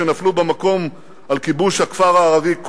שנפלו במקום על כיבוש הכפר הערבי קולֶה.